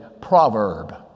proverb